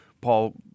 Paul